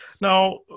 Now